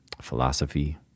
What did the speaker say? philosophy